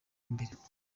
imbere